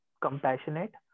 compassionate